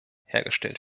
hergestellt